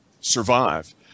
survive